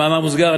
במאמר מוסגר,